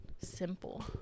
simple